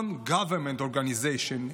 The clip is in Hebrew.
Non-Governmental Organizations,